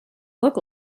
look